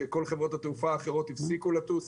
כשכל חברות התעופה האחרות הפסיקו לטוס.